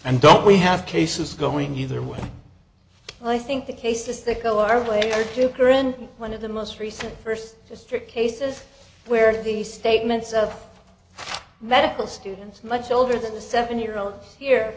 and don't we have cases going either way but i think the cases that go our way over to kiran one of the most recent first district cases where the statements of medical students much older than the seven year old here